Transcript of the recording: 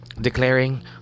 declaring